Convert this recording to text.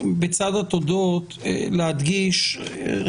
אם אתה משייך את זה תחת קטגוריית ההצדקה האפידמיולוגית אז כן.